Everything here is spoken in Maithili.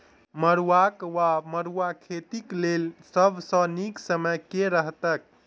मरुआक वा मड़ुआ खेतीक लेल सब सऽ नीक समय केँ रहतैक?